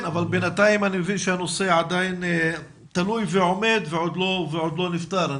כן אבל בינתיים אני מבין שהנושא עדיין תלוי ועומד ועוד לא נפתר.